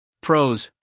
Pros